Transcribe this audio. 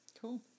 Cool